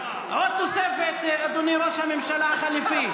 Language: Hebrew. עוד תוספת, אדוני ראש הממשלה החליפי.